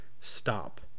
stop